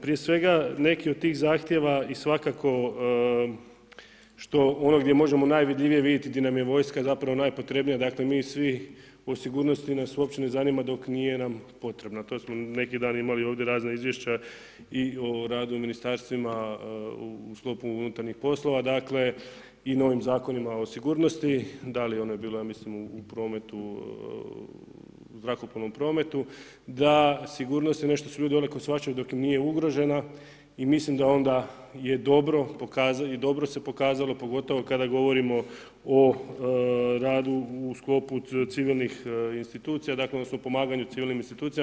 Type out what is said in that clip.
Prije svega neki od tih zahtjeva i svakako što, ono gdje možemo najvidljivije vidjeti, gdje nam je vojska zapravo najpotrebnija, dakle mi svi o sigurnosti nas uopće ne zanima dok nije nam potrebno, a to smo neki dan imali ovdje razna izvješća i o radu u ministarstvima u sklopu unutarnjih poslova, dakle i novim zakonima o sigurnosti, da li ono je bilo ja mislim u prometu, zrakoplovnom prometu, da sigurnosti je nešto što svi olako shvaćaju dok im nije ugrožena i mislim da onda je dobro i dobro se pokazalo, pogotovo kada govorimo o radu u sklopu civilnih institucija, odnosno pomaganja civilnim institucijama.